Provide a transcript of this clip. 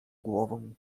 głową